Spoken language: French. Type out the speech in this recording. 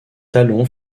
talon